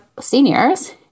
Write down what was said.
seniors